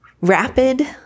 rapid